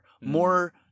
More